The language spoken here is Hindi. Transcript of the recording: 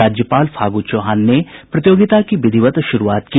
राज्यपाल फागू चौहान ने प्रतियोगिता की विधिवत शुरूआत की